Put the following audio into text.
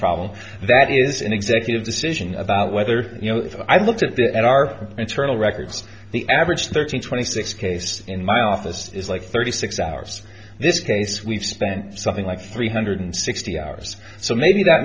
problem that is in executive decision about whether you know i looked at that our internal records the average thirteen twenty six case in my office is like thirty six hours this case we've spent something like three hundred sixty hours so maybe that